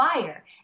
fire